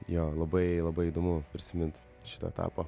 jo labai labai įdomu prisimint šitą etapą